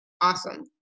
Awesome